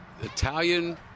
Italian